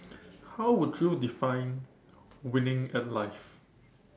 how would you define winning at life